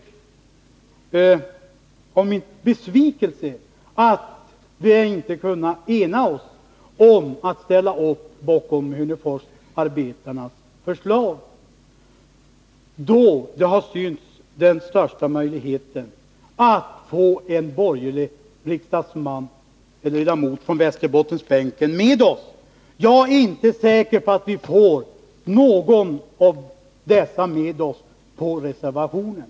Jag är besviken över att vi inte har kunnat ena oss om att ställa upp bakom Hörneforsarbetarnas förslag, eftersom det synes mig som om vi hade haft den största möjligheten att få med oss en borgerlig riksdagsman från Västerbottenbänken på det förslaget. Jag är inte säker på att vi får någon av dem med oss på reservationen.